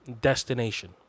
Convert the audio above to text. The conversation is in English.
destination